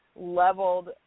leveled